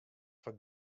foar